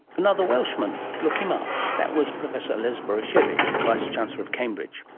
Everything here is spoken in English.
another welshman, look him up. that was professor les borysiewicz, vice-chancellor of cambridge